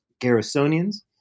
Garrisonians